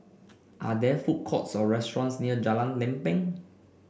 are there food courts or restaurants near Jalan Lempeng